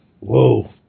whoa